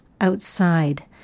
outside